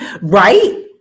Right